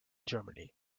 germany